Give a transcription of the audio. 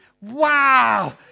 Wow